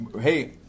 hey